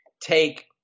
take